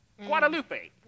Guadalupe